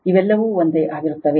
ಇವೆಲ್ಲವೂ ಒಂದೇ ಆಗಿರುತ್ತವೆ